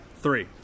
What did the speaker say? Three